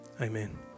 Amen